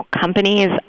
Companies